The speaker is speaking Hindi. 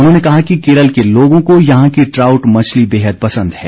उन्होंने कहा कि केरल के लोगों को यहां की ट्राउट मछली बेहद पसंद है